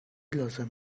لازم